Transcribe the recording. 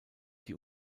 die